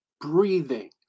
breathing